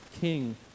king